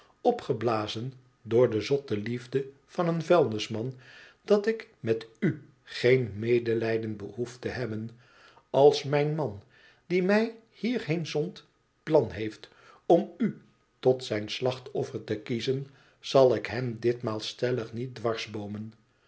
opgeblazen door de zotte liefde van een vuilnisman dat ik met u geen medelijden behoef te hebben als mijn man die mij hierheen zond plan heeft om tot zijn slachtoffer te kiezen zal ik hem ditmaal stellig niet